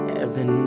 heaven